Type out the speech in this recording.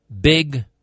Big